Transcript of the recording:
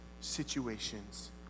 situations